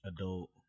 Adult